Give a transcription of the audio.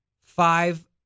five